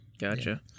Gotcha